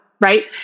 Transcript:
right